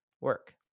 work